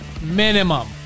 Minimum